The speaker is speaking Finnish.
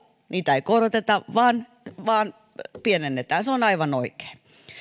niitä ei koroteta vaan vaan pienennetään se on aivan oikein